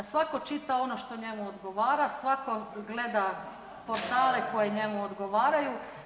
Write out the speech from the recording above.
Da svatko čita ono to njemu odgovara, svatko gleda portale koji njemu odgovaraju.